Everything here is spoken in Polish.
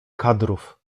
kadrów